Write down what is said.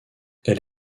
elle